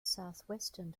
southwestern